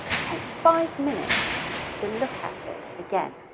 take five minutes to look at it again.